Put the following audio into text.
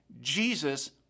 Jesus